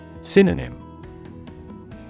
Synonym